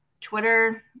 Twitter